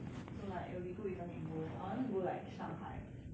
so like it'll be good if I can go I want to go like shanghai